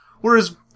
Whereas